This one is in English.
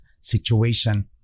situation